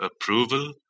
approval